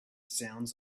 sound